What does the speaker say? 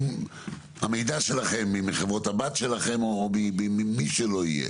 מתוך המידע שלכם מחברות הבת שלכם או ממי שלא יהיה,